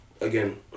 again